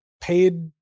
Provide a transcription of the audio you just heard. paid